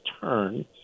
turn